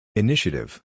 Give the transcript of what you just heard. Initiative